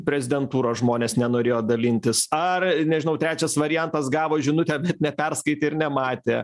prezidentūros žmonės nenorėjo dalintis ar nežinau trečias variantas gavo žinutę bet neperskaitė ir nematė